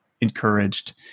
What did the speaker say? encouraged